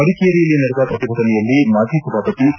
ಮಡಿಕೇರಿಯಲ್ಲಿ ನಡೆದ ಪ್ರತಿಭಟನೆಯಲ್ಲಿ ಮಾಜಿ ಸಭಾಪತಿ ಕೆ